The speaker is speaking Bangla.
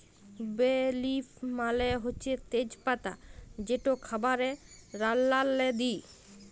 বে লিফ মালে হছে তেজ পাতা যেট খাবারে রাল্লাল্লে দিই